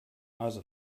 also